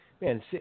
Man